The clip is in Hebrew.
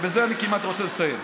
ובזה אני כמעט רוצה לסיים.